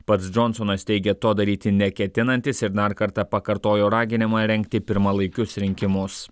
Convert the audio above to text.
pats džonsonas teigė to daryti neketinantis ir dar kartą pakartojo raginimą rengti pirmalaikius rinkimus